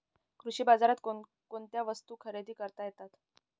कृषी बाजारात कोणकोणत्या वस्तू खरेदी करता येतात